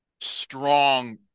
strong